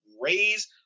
raise